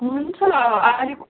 हुन्छ